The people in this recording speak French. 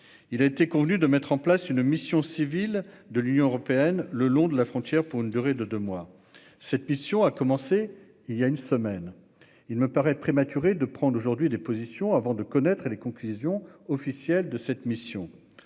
Il a été convenu de mettre en place une mission civile de l'Union européenne le long de la frontière pour une durée de deux mois. Cette mission a commencé il y a une semaine. Il me paraît donc prématuré de prendre position avant d'en connaître les conclusions officielles. En attendant,